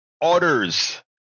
orders